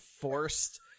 forced